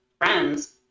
friends